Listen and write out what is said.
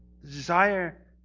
desire